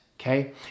okay